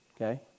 okay